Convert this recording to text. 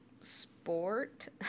sport